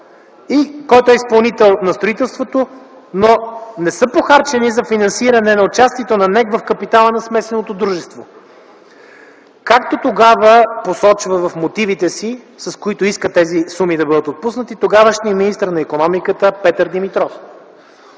който е изпълнител на строителството, но не са похарчени за финансиране на участието на НЕК в капитала на смесеното дружество, както тогава посочва в мотивите си, с които иска тези суми да бъдат отпуснати, тогавашният министър на икономиката Петър Димитров.